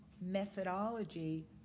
methodology